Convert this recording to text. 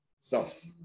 Soft